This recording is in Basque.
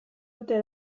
ote